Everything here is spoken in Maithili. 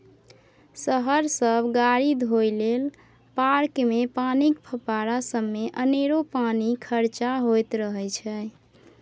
शहर सब गाड़ी धोए लेल, पार्कमे पानिक फब्बारा सबमे अनेरो पानि खरचा होइत रहय छै